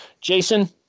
Jason